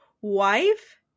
wife